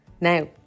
Now